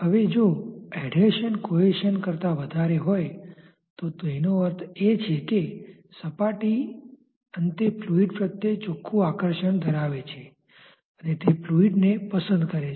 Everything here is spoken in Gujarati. હવે જો એડહેશનસંલગ્નતા કોહેશનસુસંબદ્ધતા કરતા વધારે હોય તો તેનો અર્થ એ છે કેસપાટી અંતે ફ્લુઈડ પ્રત્યે ચોખ્ખું આકર્ષણ ધરાવે છે અને તે ફ્લુઈડને પસંદ કરે છે